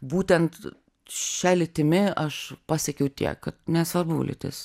būtent šia lytimi aš pasiekiau tiek kad nesvarbu lytis